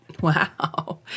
Wow